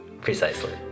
precisely